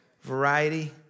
variety